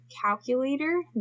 calculator